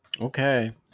Okay